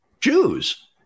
Jews